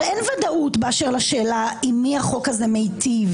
אין ודאות באשר לשאלה עם מי החוק הזה מיטיב.